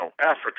Africa